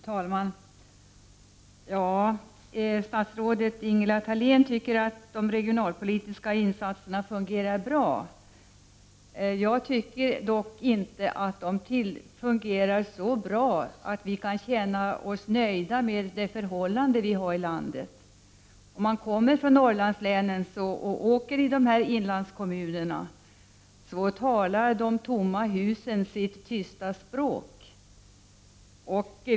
Fru talman! Statsrådet Ingela Thalén tycker att de regionalpolitiska insatserna fungerar bra. Jag tycker dock inte att de fungerar så bra att vi kan känna oss nöjda med det förhållande som råder i landet. Om man åker runt i inlandskommunerna i Norrlandslänen så talar de tomma husen sitt tysta språk.